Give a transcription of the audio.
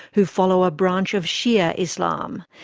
who follow a branch of shia islam.